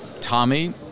Tommy